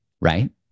right